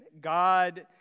God